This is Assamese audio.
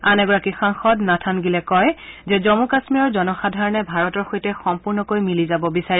আন এগৰাকী সাংসদ নাথান গীলে কয় যে জম্মু কাশ্মীৰৰ জনসাধাৰণে ভাৰতৰ সৈতে সম্পূৰ্ণকে মিলি যাব বিচাৰে